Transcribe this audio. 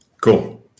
Cool